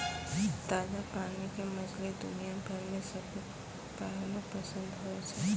ताजा पानी के मछली दुनिया भर मॅ सबके पहलो पसंद होय छै